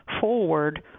forward